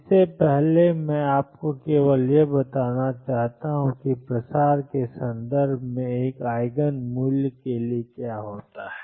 इससे पहले मैं आपको केवल यह बताना चाहता हूं कि प्रसार के संदर्भ में एक आइगन मूल्य के लिए क्या होता है